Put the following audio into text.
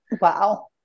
Wow